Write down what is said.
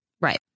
Right